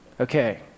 Okay